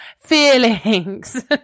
feelings